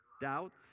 doubts